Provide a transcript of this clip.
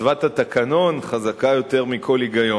מצוות התקנון חזקה יותר מכל היגיון.